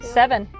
seven